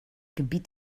gebiet